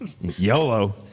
YOLO